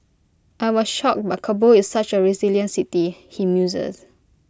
I was shocked but Kabul is such A resilient city he muses